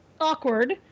Awkward